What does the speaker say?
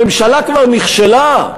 הממשלה כבר נכשלה?